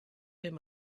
him